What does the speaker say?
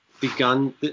begun